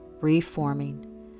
reforming